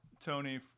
Tony